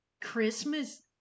christmas